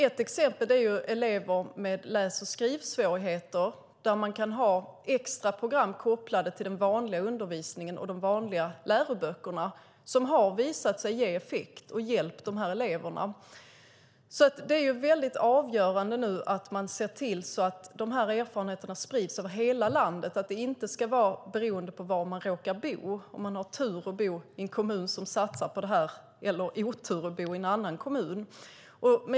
Ett exempel är elever med läs och skrivsvårigheter. Där kan man ha extra program kopplade till den vanliga undervisningen och de vanliga läroböckerna. Det har visat sig ge effekt och har hjälpt de här eleverna. Det är väldigt avgörande att man ser till att de här erfarenheterna sprids över hela landet, att det inte ska vara beroende av var man råkar bo, om man har tur och bor i en kommun som satsar på it eller otur och bor i en annan kommun.